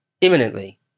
imminently